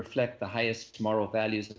reflect the highest moral values